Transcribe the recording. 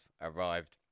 arrived